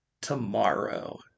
tomorrow